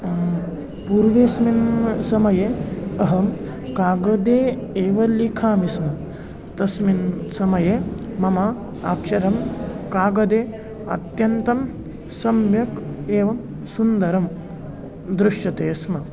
पूर्वस्मिन् समये अहं कागदे एव लिखामि स्म तस्मिन् समये मम अक्षरं कागदे अत्यन्तं सम्यक् एवं सुन्दरं दृश्यते स्म